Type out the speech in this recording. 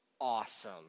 awesome